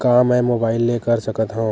का मै मोबाइल ले कर सकत हव?